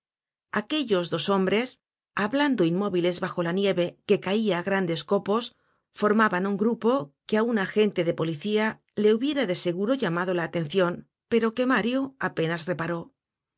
aquellos dos hombres hablando inmóviles bajo la nieve que caia á grandes copos formaban un grupo que á un agente de policía le hubiera de seguro llamado la atencion pero que mario apenas reparó